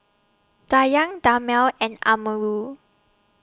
Dayang Damia and Amirul